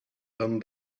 done